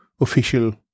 official